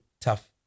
tough